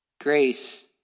grace